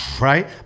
right